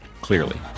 clearly